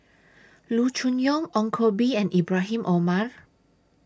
Loo Choon Yong Ong Koh Bee and Ibrahim Omar